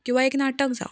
किंवा एक नाटक जावं